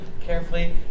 carefully